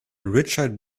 richard